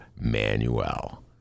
manuel